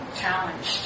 challenged